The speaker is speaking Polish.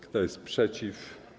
Kto jest przeciw?